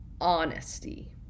honesty